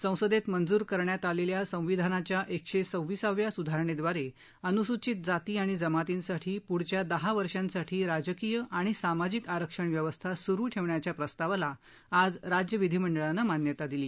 संसदेत मंजूर करण्यात आलेल्या संविधानाच्या एकशे सव्वीसाव्या सुधारणेद्वारे अनुसूचित जाती आणि जमातींसाठी पुढच्या दहा वर्षांसाठी राजकीय आणि सामाजिक आरक्षणव्यवस्था सुरू ठेवण्याच्या प्रस्तावाला आज राज्य विधीमंडळानं मान्यता दिली